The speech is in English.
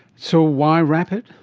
so why rapid?